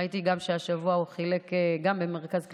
ראיתי גם שהשבוע הוא חילק במרכז קליטה,